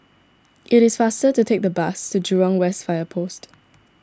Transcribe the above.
it is faster to take the bus to Jurong West Fire Post